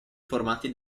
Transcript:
formati